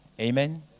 amen